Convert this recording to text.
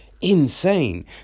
Insane